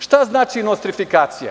Šta znači nostrifikacija?